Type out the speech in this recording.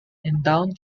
endowed